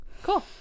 Cool